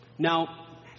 Now